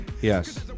Yes